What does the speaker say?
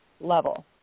level